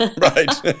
Right